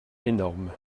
énorme